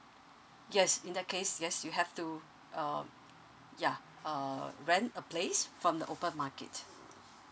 yes in that case yes you have to um ya uh rent a place from the open market